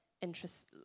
interest